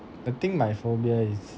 I think my phobia is